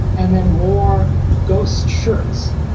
and then wore ghost shirts,